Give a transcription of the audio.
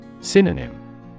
Synonym